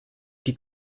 die